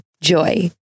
Joy